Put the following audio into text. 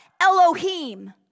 Elohim